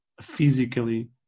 physically